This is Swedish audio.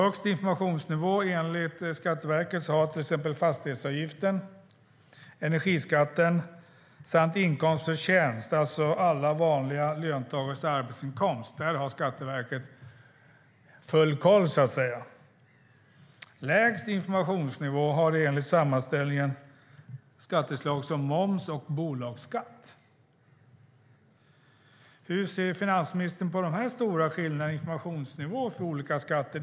Högst informationsnivå, enligt Skatteverket, har till exempel fastighetsavgiften, energiskatten samt inkomst av tjänst, alltså alla vanliga löntagares arbetsinkomst. Där har Skatteverket full koll, så att säga. Lägst informationsnivå har enligt sammanställningen skatteslag som moms och bolagsskatt. Hur ser finansministern på de stora skillnaderna i informationsnivå för olika skatter?